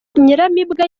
nyiranyamibwa